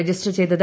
register ചെയ്തത്